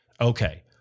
Okay